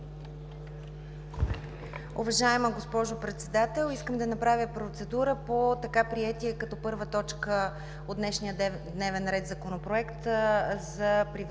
Уважаема госпожо Председател, искам да направя процедура по така приетия като първа точка от днешния дневен ред – Законопроекта за изменение